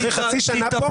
אחרי חצי שנה פה,